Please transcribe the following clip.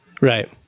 Right